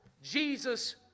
Jesus